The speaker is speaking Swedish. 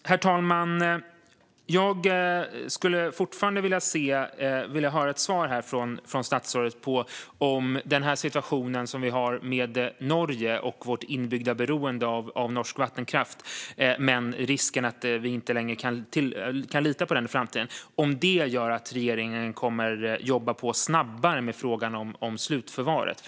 Herr talman! Jag skulle fortfarande vilja ha ett svar från statsrådet angående den situation som vi har med Norge och vårt inbyggda beroende av norsk vattenkraft. Kommer risken att vi inte kan lita på den i framtiden att få regeringen att jobba på snabbare med frågan om slutförvaret?